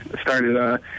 started